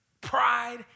pride